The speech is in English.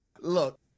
Look